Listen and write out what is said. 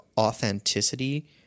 authenticity